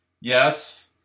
Yes